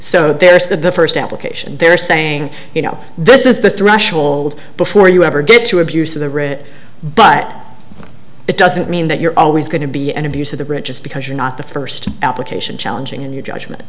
so there's the first application they're saying you know this is the threshold before you ever get to abuse of the writ but it doesn't mean that you're always going to be an abuse of the bridge just because you're not the first application challenging in your judgement